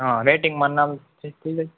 હં વેઈટિંગમાં નામ ચેન્જ થઈ જાય